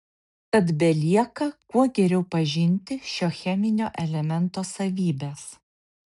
tad belieka kuo geriau pažinti šio cheminio elemento savybes